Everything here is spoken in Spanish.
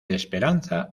esperanza